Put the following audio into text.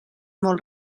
molt